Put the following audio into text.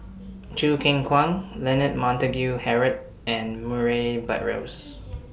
Choo Keng Kwang Leonard Montague Harrod and Murray Buttrose